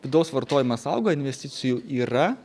vidaus vartojimas auga investicijų yra